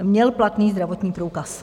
Měl platný zdravotní průkaz.